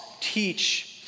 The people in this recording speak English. teach